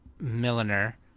milliner